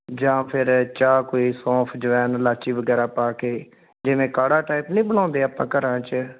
ਜਾਂ ਫਿਰ ਚਾਹ ਕੋਈ ਸੌਂਫ ਅਜਵਾਇਣ ਇਲਾਇਚੀ ਵਗੈਰਾ ਪਾ ਕੇ ਜਿਵੇਂ ਕਾੜ੍ਹਾ ਟਾਈਪ ਨਹੀਂ ਬਣਾਉਂਦੇ ਆਪਾਂ ਘਰਾਂ 'ਚ